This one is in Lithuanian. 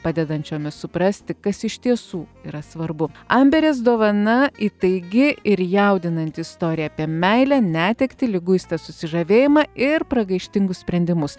padedančiomis suprasti kas iš tiesų yra svarbu amberės dovana įtaigi ir jaudinanti istorija apie meilę netektį liguistą susižavėjimą ir pragaištingus sprendimus